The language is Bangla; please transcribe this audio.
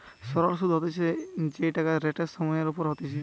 সরল সুধ হতিছে যেই টাকাটা রেট সময় এর ওপর হতিছে